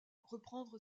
reprendre